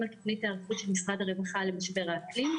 במשותף מדריך להיערכות לשינוי אקלים ואנרגיה מקיימת ברשויות